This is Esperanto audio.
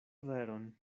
veron